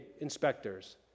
inspectors